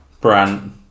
Brant